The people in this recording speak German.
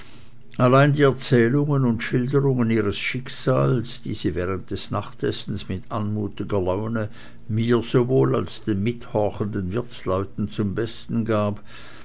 allein die erzählungen und schilderungen ihres schicksals die sie während des nachtessens mit anmutiger laune mir sowohl als den mit zuhorchenden wirtsleuten zum besten gab